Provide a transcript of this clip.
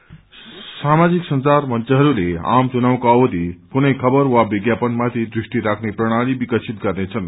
social media साामाजिक संचार मंचले आम चुनावको अवधि कुनै खबर वा विज्ञापनिमाथि दृष्टि राख्ने प्रणाली विकसित गर्नेछन्